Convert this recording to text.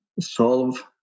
solve